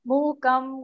Mukam